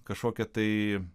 kažkokia tai